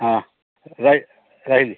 ହଁ ରହିଲି